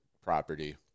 property